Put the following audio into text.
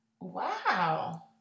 Wow